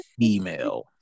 female